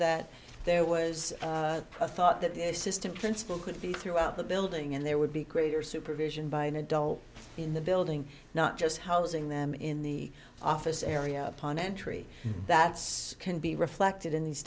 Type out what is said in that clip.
that there was a thought that the system transfer could be throughout the building and there would be greater supervision by an adult in the building not just housing them in the office area upon entry that's can be reflected in these